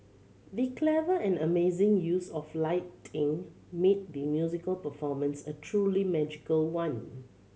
the clever and amazing use of lighting made the musical performance a truly magical one